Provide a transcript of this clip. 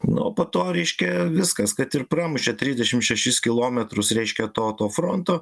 nu po to reiškia viskas kad ir pramušė trisdešimt šešiš kilometrus reiškia to fronto